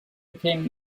became